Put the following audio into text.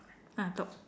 ah top